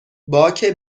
باک